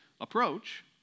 approach